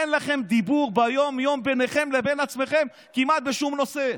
אין לכם דיבור ביום-יום ביניכם לבין עצמכם כמעט בשום נושא.